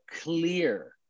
clear